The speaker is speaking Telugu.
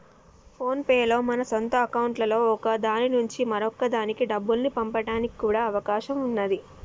ఫోన్ పే లో మన సొంత అకౌంట్లలో ఒక దాని నుంచి మరొక దానికి డబ్బుల్ని పంపడానికి కూడా అవకాశం ఉన్నాది